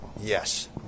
Yes